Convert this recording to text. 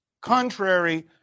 contrary